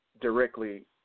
directly